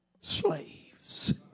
slaves